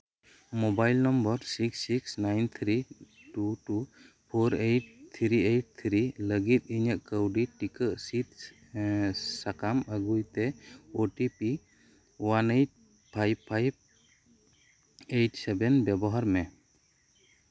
mobile number six six nine three two two four eight three eight three ᱞᱟᱹᱜᱤᱫ ᱤᱧᱟᱹᱜ ᱠᱟᱹᱣᱰᱤ ᱴᱤᱠᱟᱹ ᱥᱤᱫ ᱥᱟᱠᱟᱢ ᱟᱹᱜᱩᱭ ᱛᱮ O T P one eight five five eight seven ᱵᱮᱵᱚᱦᱟᱨ ᱢᱮ